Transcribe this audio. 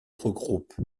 regroupe